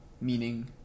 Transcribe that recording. Meaning